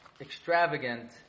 extravagant